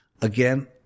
Again